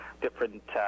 different